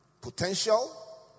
Potential